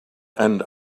and